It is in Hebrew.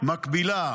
מקבילה